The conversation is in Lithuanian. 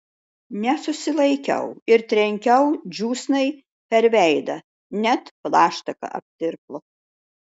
nesusilaikiau ir trenkiau džiūsnai per veidą net plaštaka aptirpo